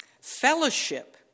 fellowship